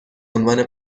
عنوان